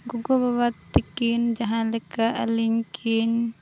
ᱜᱚᱜᱚᱼᱵᱟᱵᱟ ᱛᱟᱹᱠᱤᱱ ᱡᱟᱦᱟᱸᱞᱮᱠᱟ ᱟᱹᱞᱤᱧᱠᱤᱱ